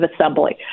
assembly